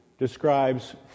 Describes